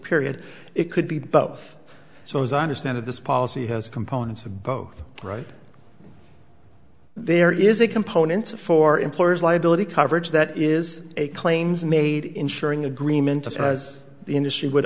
period it could be both so as i understand it this policy has components of both right there is a component for employers liability coverage that is a claims made ensuring agreement as the industry would